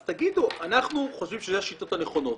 אז תגידו: אנחנו חושבים שאלה השיטות הנכונות,